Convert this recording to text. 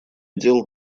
дел